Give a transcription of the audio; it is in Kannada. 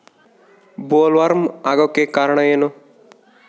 ಬೊಲ್ವರ್ಮ್ ಆಗೋಕೆ ಕಾರಣ ಏನು?